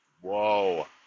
whoa